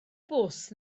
bws